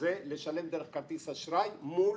זה לשלם דרך כרטיס אשראי מול.